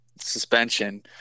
suspension